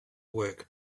work